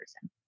person